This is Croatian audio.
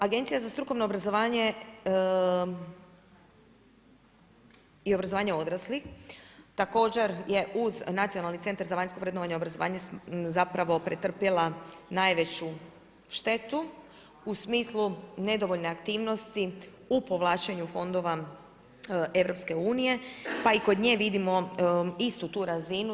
Agencija za strukovno obrazovanje i obrazovanje odraslih također je uz Nacionalni centar za vanjsko vrednovanje obrazovanja zapravo pretrpjela najveću štetu u smislu nedovoljne aktivnosti u povlačenju fondova EU, pa i kod nje vidimo istu tu razinu.